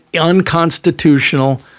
unconstitutional